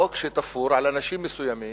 חוק שתפור על אנשים מסוימים,